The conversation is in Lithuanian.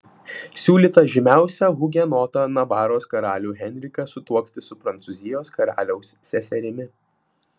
siūlyta žymiausią hugenotą navaros karalių henriką sutuokti su prancūzijos karaliaus seserimi